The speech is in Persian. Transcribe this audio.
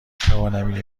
توانم